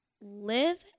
live